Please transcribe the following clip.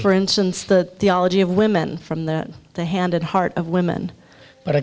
for instance the theology of women from that the hand and heart of women